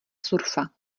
surfa